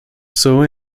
soo